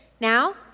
Now